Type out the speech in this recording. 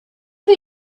für